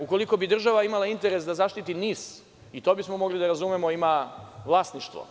Ukoliko bi država imala interes da zaštiti NIS, i to bismo mogli da razumemo, ima vlasništvo.